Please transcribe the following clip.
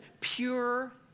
pure